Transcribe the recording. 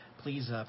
Please